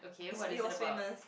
is it was famous